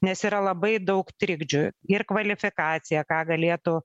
nes yra labai daug trikdžių ir kvalifikacija ką galėtų